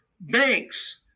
banks